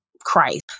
Christ